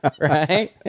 right